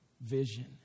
vision